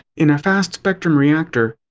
in a fast-spectrum reactor,